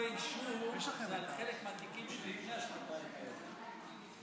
כתבי אישום על חלק מהתיקים שלפני השנתיים האלה,